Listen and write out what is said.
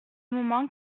moment